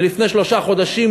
מלפני שלושה חודשים,